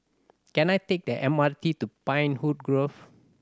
can I take the M R T to Pinewood Grove